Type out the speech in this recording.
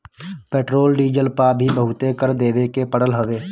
petrol diesel पअ भी बहुते कर देवे के पड़त हवे